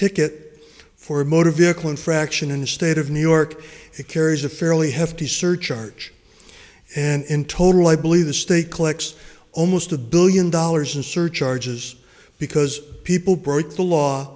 ticket for a motor vehicle infraction in the state of new york it carries a fairly hefty surcharge and in total i believe the state collects almost a billion dollars in surcharges because people broke the law